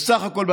בסך הכול,